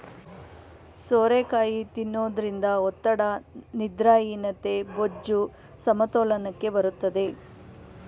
ಸೋರೆಕಾಯಿ ತಿನ್ನೋದ್ರಿಂದ ಒತ್ತಡ, ನಿದ್ರಾಹೀನತೆ, ಬೊಜ್ಜು, ಸಮತೋಲನಕ್ಕೆ ಬರುತ್ತದೆ